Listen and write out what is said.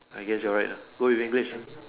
I guess you're right ah go with English